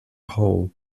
hall